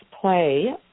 play